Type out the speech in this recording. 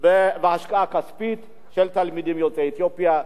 וההשקעה הכספית בתלמידים יוצאי אתיופיה,